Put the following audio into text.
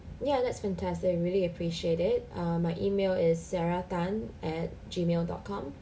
ya that's fantastic really appreciate it err my email is sarah tan at G mail dot com